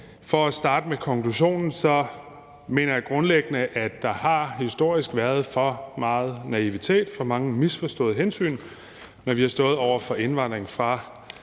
For at starte med konklusionen mener jeg grundlæggende, at der historisk har været for meget naivitet og for mange misforståede hensyn, når vi har stået over for indvandring fra